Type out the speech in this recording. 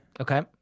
Okay